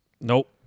Nope